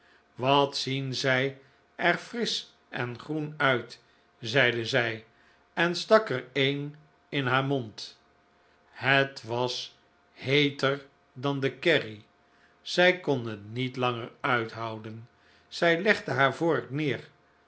wat zien zij er frisch en groen uit zeide zij en stak er een in haar mond het was heeter dan de kerry zij kon het niet langer uithouden zij legde haar vork neer